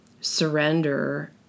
surrender